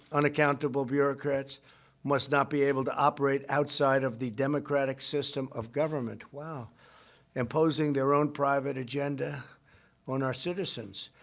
unaccountable bureaucrats must not be able to operate outside of the democratic system of government wow imposing their own private agenda on our citizens.